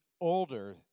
older